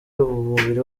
umubiri